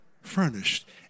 furnished